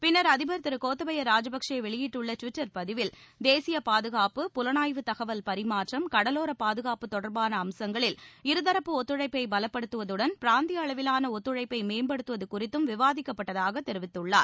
பின்னர் அதிபர் திரு கோத்தபய ராஜபக்சே வெளியிட்டுள்ள டுவிட்டர் பதிவில் தேசிய பாதுகாப்பு புலனாய்வு தகவல் பரிமாற்றம் கடலோரப் பாதுகாப்பு தொடர்பான அம்சங்களில் இருதப்பு ஒத்துழைப்பை பலப்படுத்துவதுடன் பிராந்திய அளவிலான ஒத்துழைப்பை மேம்படுத்துவது குறித்தும் விவாதிக்கப்பட்டதாகத் தெரிவித்துள்ளார்